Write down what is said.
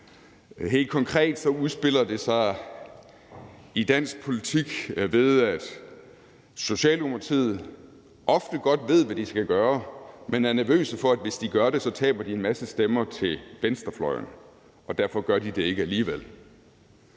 Helt konkret udmønter det sig i dansk politik, ved at Socialdemokratiet ofte godt ved, hvad de skal gøre, men er nervøse for, at hvis de gør det, taber de en masse stemmer til venstrefløjen, og derfor gør de det ikke alligevel.